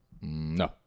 No